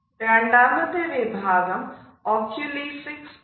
രണ്ടാമത്തെ വിഭാഗം ഒകുലിസിക്സ് ആണ്